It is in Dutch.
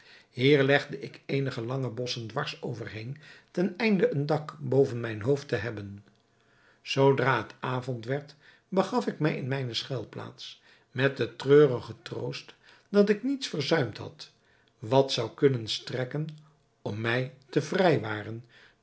hier legde ik eenige lange bossen dwars over heen teneinde een dak boven mijn hoofd te hebben zoodra het avond werd begaf ik mij in mijne schuilplaats met den treurigen troost dat ik niets verzuimd had wat zou kunnen strekken om mij te vrijwaren